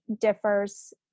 differs